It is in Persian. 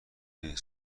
این